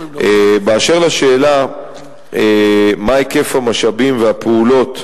באשר לשאלה מהן הפעולות,